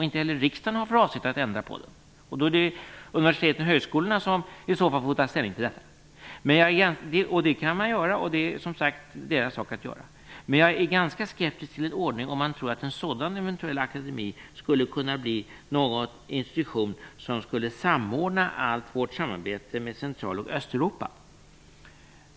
Inte heller riksdagen har för avsikt att ändra på det. Det är universiteten och högskolorna som i så fall får ta ställning till detta. Men jag är ganska skeptiskt till att en sådan eventuell akademi skulle kunna bli en institution som skulle samordna allt vårt samarbete med Central och Östeuropa.